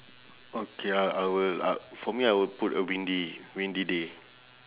okay I I will I for me I will put a windy windy day